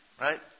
right